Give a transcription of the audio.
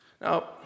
Now